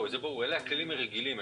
זה ברור, אלה הכללים הרגילים.